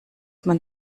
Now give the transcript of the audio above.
man